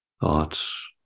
thoughts